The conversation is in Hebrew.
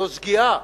זאת שגיאה.